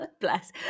Bless